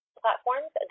platforms